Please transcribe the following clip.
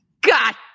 God